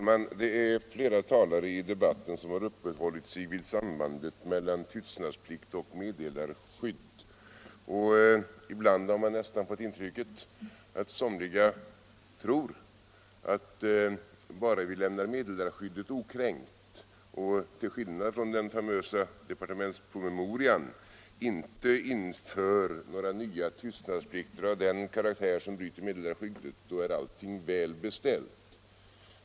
Herr talman! Flera talare har i debatten uppehållit sig vid sambandet mellan tystnadsplikt och meddelarskydd. Ibland har man nästan fått intrycket att somliga tror att bara vi lämnar meddelarskyddet okränkt och till skillnad från den famösa departementspromemorian inte inför några nya tystnadsplikter av den karaktär som bryter meddelarskyddet, då är allting väl beställt.